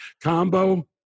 combo